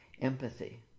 empathy